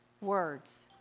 words